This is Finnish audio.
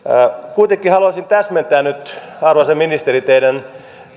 kuitenkin haluaisin täsmentää nyt arvoisa ministeri teidän